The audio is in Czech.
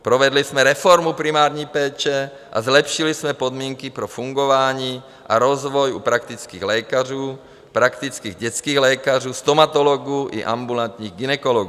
Provedli jsme reformu primární péče a zlepšili jsme podmínky pro fungování a rozvoj u praktických lékařů, praktických dětských lékařů, stomatologů i ambulantních gynekologů.